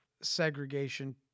segregation